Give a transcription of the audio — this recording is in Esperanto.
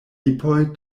lipoj